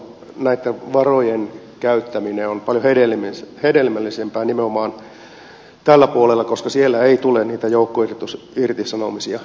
näitten varojen käyttäminen on paljon hedelmällisempää nimenomaan tällä puolella koska näistä pk sektorin yrityksistä ei tule niitä joukkoirtosi irtisanomisia